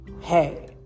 hey